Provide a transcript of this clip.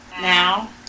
now